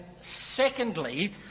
secondly